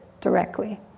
directly